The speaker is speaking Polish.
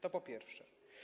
To po pierwsze.